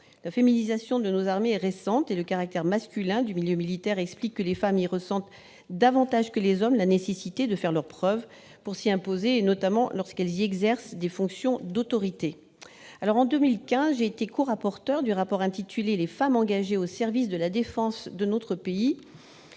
La féminisation de nos armées est récente, et le caractère masculin du milieu militaire explique que les femmes y ressentent davantage que les hommes la nécessité de faire leurs preuves pour s'y imposer, notamment lorsqu'elles y exercent des fonctions d'autorité. En 2015, j'ai été corapporteur du rapport intitulé. C'est l'un des sujets dont nous